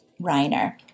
Reiner